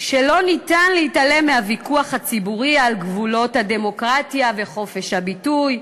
שאין להתעלם מהוויכוח הציבורי על גבולות הדמוקרטיה וחופש הביטוי,